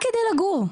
וזה רק כדי לגור.